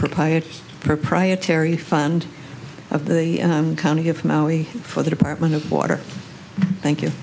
proprietor proprietary fund of the county of maui for the department of water thank you